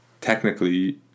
technically